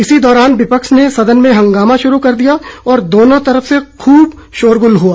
इसी दौरान विपक्ष ने सदन में हंगामा शुरू कर दिया और दोनों तरफ से खूब शोरगुल हुआ